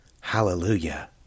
Hallelujah